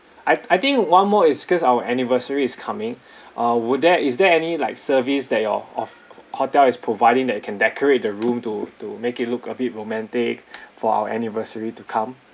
I I think one more is cause our anniversary is coming uh would there is there any like service that your ho~ hotel is providing that you can decorate the room to to make it look a bit romantic for our anniversary to come